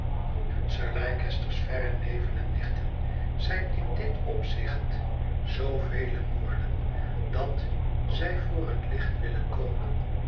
sir leicester's verre neven en nichten zijn in dit opzicht zoovele moorden dat zij voor het licht willen komen